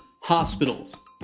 hospitals